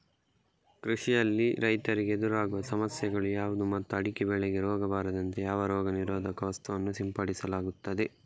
ಕೃಷಿಯಲ್ಲಿ ರೈತರಿಗೆ ಎದುರಾಗುವ ಸಮಸ್ಯೆಗಳು ಯಾವುದು ಮತ್ತು ಅಡಿಕೆ ಬೆಳೆಗೆ ರೋಗ ಬಾರದಂತೆ ಯಾವ ರೋಗ ನಿರೋಧಕ ವನ್ನು ಸಿಂಪಡಿಸಲಾಗುತ್ತದೆ?